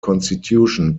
constitution